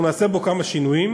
אנחנו נעשה בו כמה שינויים.